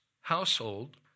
household